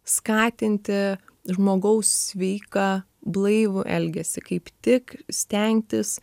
skatinti žmogaus sveiką blaivų elgesį kaip tik stengtis